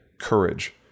courage